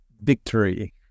victory